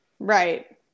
Right